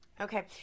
Okay